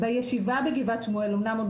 בישיבה בני עקיבא בגבעת שמואל אמנם עדיין